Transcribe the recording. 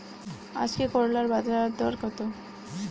আজকে করলার বাজারদর কত?